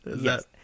Yes